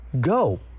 go